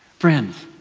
friends,